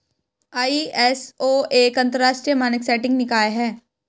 ISO एक अंतरराष्ट्रीय मानक सेटिंग निकाय है